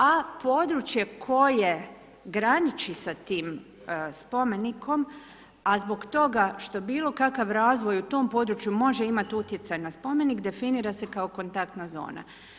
A područje koje graniči s tim spomenikom, a zbog toga, što bilo kakav razvoj u tom području, može imati utjecaj na spomenik, definira se kao kontaktna zona.